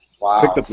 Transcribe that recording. Wow